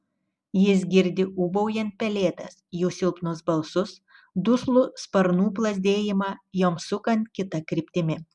jis girdi ūbaujant pelėdas jų silpnus balsus duslų sparnų plazdėjimą joms sukant kita kryptimi